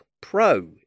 Pro